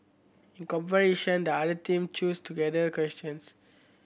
in comparison the other team chose together questions